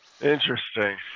interesting